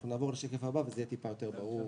אנחנו נעבור לשקף הבא וזה יהיה קצת יותר ברור.